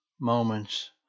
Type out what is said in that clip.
moments